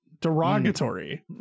derogatory